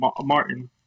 Martin